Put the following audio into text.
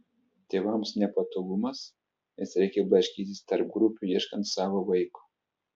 tėvams nepatogumas nes reikia blaškytis tarp grupių ieškant savo vaiko